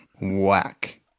Whack